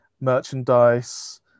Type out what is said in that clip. merchandise